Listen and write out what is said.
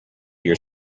your